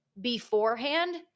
beforehand